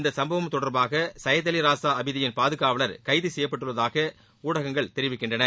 இந்த சும்பவம் தொடர்பாக சையத் அலி ராஸா அபிதியின் பாதுகாவலர் கைது செய்யப்பட்டுள்ளதாக ஊடகங்கள் தெரிவிக்கின்றன